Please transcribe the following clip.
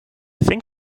think